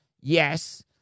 yes